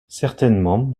certainement